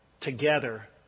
together